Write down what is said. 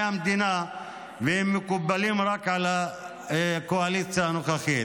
המדינה ומקובלים רק על הקואליציה הנוכחית.